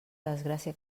desgràcia